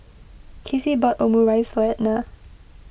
Kizzie bought Omurice for Edna